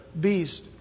beast